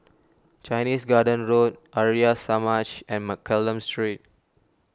Chinese Garden Road Arya Samaj and Mccallum Street